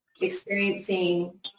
experiencing